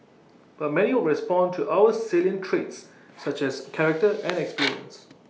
but many will respond to other salient traits such as character and experience